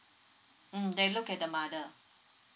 mm they look at the mother